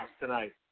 tonight